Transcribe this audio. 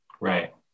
right